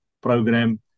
program